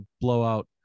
blowout